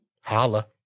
holla